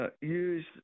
Use